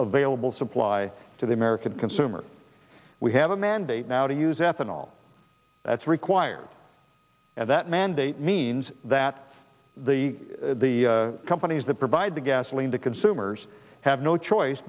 available supply to the american consumer we have a mandate now to use ethanol that's required and that mandate means that the companies that provide the gasoline to consumers have no choice